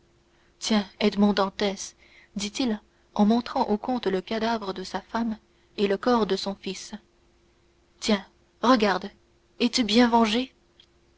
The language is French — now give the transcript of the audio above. tiens edmond dantès dit-il en montrant au comte le cadavre de sa femme et le corps de son fils tiens regarde es-tu bien vengé